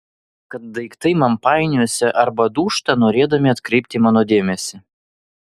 kad daiktai man painiojasi arba dūžta norėdami atkreipti mano dėmesį